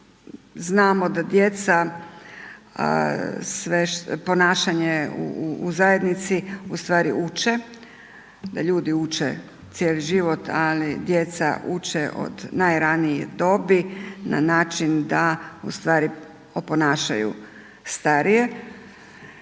znamo da djeca sve što, ponašanje u zajednici, ustvari uče, ljudi uče cijeli život ali djeca uče od najranije dobi, na način, da ustvari, oponašaju starije.